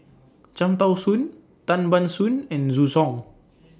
Cham Tao Soon Tan Ban Soon and Zhu Hong